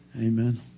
amen